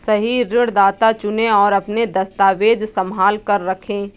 सही ऋणदाता चुनें, और अपने दस्तावेज़ संभाल कर रखें